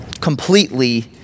completely